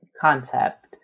concept